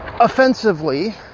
offensively